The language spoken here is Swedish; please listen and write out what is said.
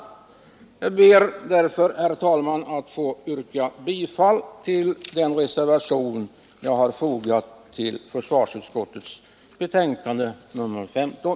Jag ber därför, herr talman, att få yrka bifall till den reservation jag har fogat till försvarsutskottets betänkande nr 15.